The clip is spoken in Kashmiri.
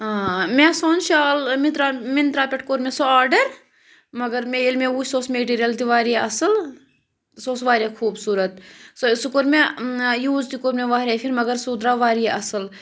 مےٚ سون شال مِنٛترٛا مِنٛترٛا پٮ۪ٹھ کوٚر مےٚ سُہ آرڈر مگر مےٚ ییٚلہِ مےٚ وُچھ سُہ اوس میٚٹیٖریَل تہِ وارِیاہ اَصٕل سُہ اوس وارِیاہ خوٗبصوٗرت سُہ سُہ کوٚر مےٚ یوٗز تہِ کوٚر مےٚ وارِیاہَے پھرِ مگر سُہ درٛاو وارِیاہ اَصٕل